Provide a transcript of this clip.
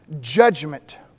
judgment